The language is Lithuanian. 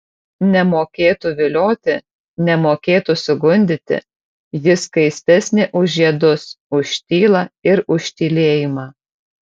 nemokėtų vilioti nemokėtų sugundyti ji skaistesnė už žiedus už tylą ir už tylėjimą